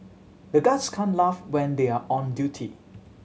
the guards can't laugh when they are on duty